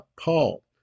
Paul